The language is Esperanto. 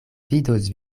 vidos